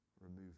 remove